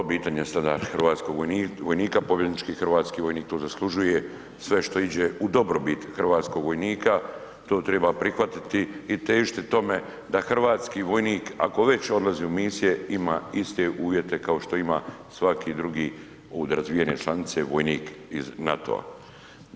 Hrvatskog vojnika, pobjednički Hrvatski vojnik to zaslužuje sve što iđe u dobrobit Hrvatskog vojnika to treba prihvatiti i težiti tome da Hrvatski vojnik da ako već odlazi u misije ima iste uvjete kao što ima svaki drugi u razvijenim članicama vojnik iz NATO-a.